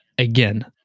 Again